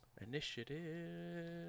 initiative